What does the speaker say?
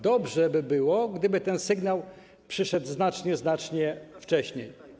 Dobrze by było, gdyby ten sygnał przyszedł znacznie, znacznie wcześniej.